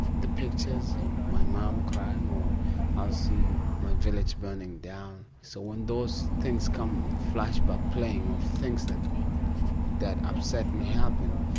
the pictures of my mum um crying, or i'll see my village burning down, so when those things come, flashback, playing of things that that upset me happen,